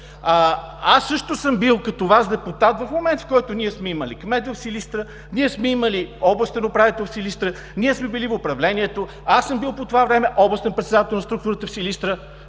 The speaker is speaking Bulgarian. Аз също съм бил като Вас депутат в момент, в който ние сме имали кмет в Силистра, имали сме областен управител в Силистра, били сме в управлението, по това време съм бил областен председател на структурата в Силистра.